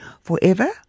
forever